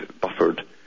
buffered